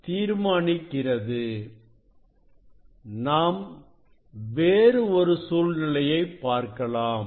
இப்பொழுது நாம் வேறு ஒரு சூழ்நிலையை பார்க்கலாம்